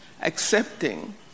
accepting